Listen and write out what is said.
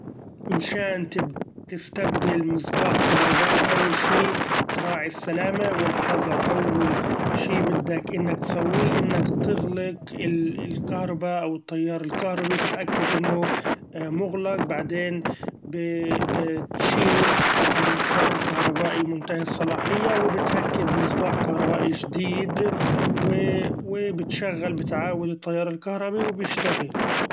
من شإن تستبدل مصباح كهربائي أول شي تراعي السلامة والحذر، أول شي بدك إنك بتسويه إنك تغلق الكهربا أو التيار الكهربي تتأكد إنه مغلق ، بعدين بتشيل المصباح الكهربائي منتهي الصلاحية وبتركب مصباح كهربائي چديد وبتشغل بتعأود التيار الكهربي وبشتغل.